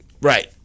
Right